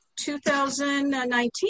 2019